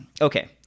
Okay